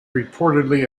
reportedly